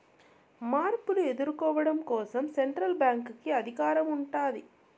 మార్పులు ఎదుర్కోవడం కోసం సెంట్రల్ బ్యాంక్ కి అధికారం ఉంటాది